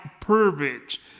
privilege